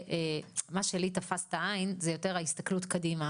מה שלי תפס את העין זו יותר ההסתכלות קדימה,